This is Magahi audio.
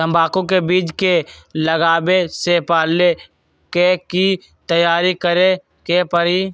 तंबाकू के बीज के लगाबे से पहिले के की तैयारी करे के परी?